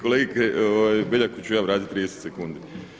Kolegi Beljaku ću ja vratiti 30 sekundi.